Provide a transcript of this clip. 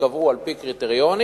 שייקבעו על-פי קריטריונים,